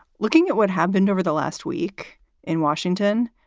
looking at what have been over the last week in washington,